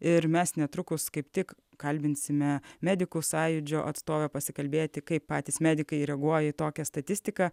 ir mes netrukus kaip tik kalbinsime medikų sąjūdžio atstovę pasikalbėti kaip patys medikai reaguoja į tokią statistiką